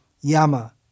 yama